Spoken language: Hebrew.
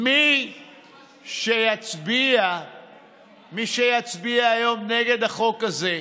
מי שיצביע היום נגד החוק הזה,